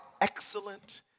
excellent